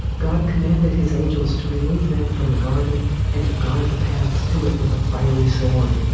god commanded his angels to remove them from the garden and to guard the paths to it with a fiery sword.